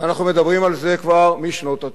ואנחנו מדברים על זה כבר משנות ה-90,